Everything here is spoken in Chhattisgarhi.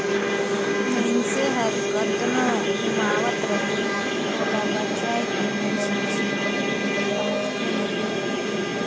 मइनसे हर कतनो उमावत रहें ओला बचाए के नइ सोचही त बांचबे नइ करे